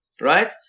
right